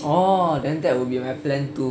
oh then that would be my plan too